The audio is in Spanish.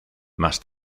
más